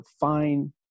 fine